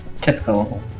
Typical